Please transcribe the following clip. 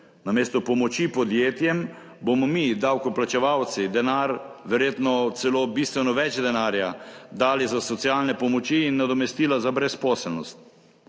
Namesto pomoči podjetjem bomo mi davkoplačevalci denar, verjetno celo bistveno več denarja, dali za socialne pomoči in nadomestila za brezposelnost.